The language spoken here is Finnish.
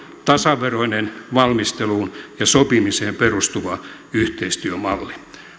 tasaveroinen valmisteluun ja sopimiseen perustuva yhteistyömalli